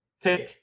take